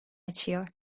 açıyor